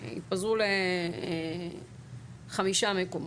התפזרו לחמישה מקומות,